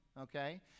okay